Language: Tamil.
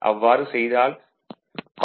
அவ்வாறு செய்தால் காப்பர் லாஸ் Re2